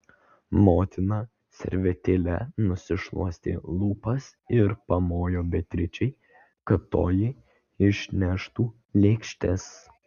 motina servetėle nusišluostė lūpas ir pamojo beatričei kad toji išneštų lėkštes